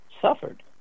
suffered